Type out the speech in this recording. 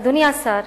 אדוני השר,